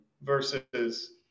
versus